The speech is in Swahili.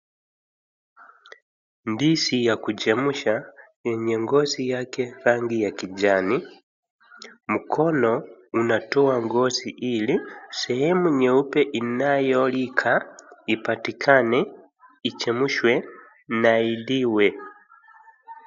Ndizi ya kuchemsha yenye ngozi yake rangi ya kijani. Mkono unatoa ngozi hili, sehemu nyeupe inayolika ipatikane ichemshwe na iliwe.